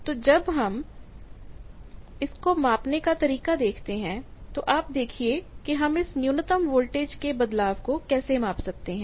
तो जब हम इसको मापने का तरीका देखते हैं तो आप देखिए कि हम इस न्यूनतम वोल्टेज के बदलाव को कैसे माप सकते हैं